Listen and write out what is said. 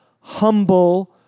humble